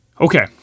Okay